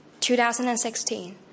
2016